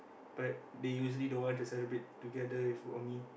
but they usually don't want to celebrate together with or me